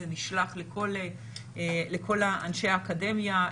זה נישלח לכל אנשי האקדמיה,